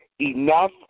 Enough